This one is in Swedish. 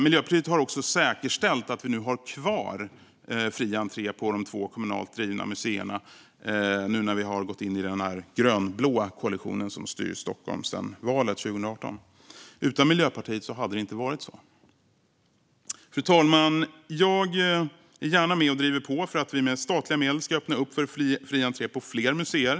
Miljöpartiet har också säkerställt att vi har kvar fri entré på de två kommunalt drivna museerna nu när vi har gått in i den grönblå koalition som styr Stockholm sedan valet 2018. Utan Miljöpartiet hade det inte varit så. Fru talman! Jag är gärna med och driver på för att vi med statliga medel ska öppna upp för fri entré på fler museer.